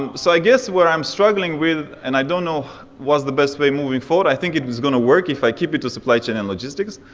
and so, i guess where i'm struggling with, and i don't know the best way moving forward, i think it's gonna work if i keep it to supply chain and logistics,